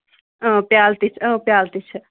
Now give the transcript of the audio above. اۭں پِیالہٕ تہِ چھِ پیال تہِ چھِ